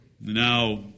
Now